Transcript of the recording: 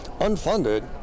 unfunded